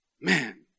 Man